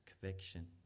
conviction